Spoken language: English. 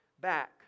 back